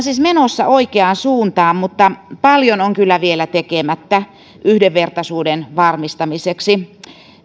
siis menossa oikaan suuntaan mutta paljon on kyllä vielä tekemättä yhdenvertaisuuden varmistamiseksi